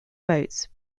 votes